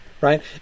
right